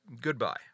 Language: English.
goodbye